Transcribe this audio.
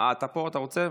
פה ואתה רוצה?